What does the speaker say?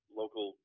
local